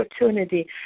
opportunity